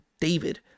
David